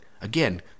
Again